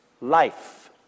life